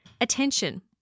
attention